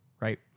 right